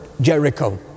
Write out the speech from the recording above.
Jericho